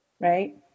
right